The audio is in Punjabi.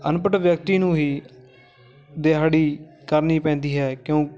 ਅਨਪੜ੍ਹ ਵਿਅਕਤੀ ਨੂੰ ਹੀ ਦਿਹਾੜੀ ਕਰਨੀ ਪੈਂਦੀ ਹੈ ਕਿਉਂ